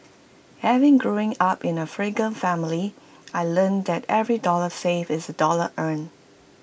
having growing up in A frugal family I learnt that every dollar saved is A dollar earned